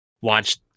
watch